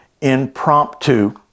impromptu